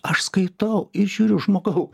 aš skaitau ir žiūriu žmogau